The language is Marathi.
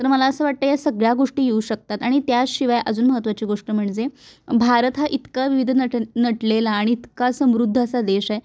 तर मला असं वाटतं या सगळ्या गोष्टी येऊ शकतात आणि त्याशिवाय अजून महत्त्वाची गोष्ट म्हणजे भारत हा इतका विविध नट नटलेला आणि इतका समृद्ध असा देश आहे